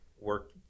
work